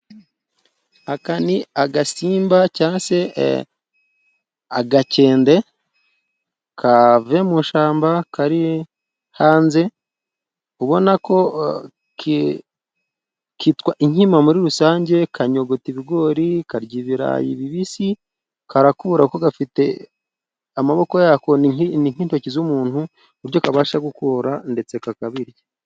Aka ni agasimba cyangwa se agakende, kavuye mu ishyamba kari hanze, ubona ko kitwa inkima muri rusange, kanyogota ibigori, karya ibirayi bibisi, karakura, kuko gafite amaboko yako ni nk'intoki z'umuntu, ibyo kabasha gukura ndetse kakabirya.